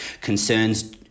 concerns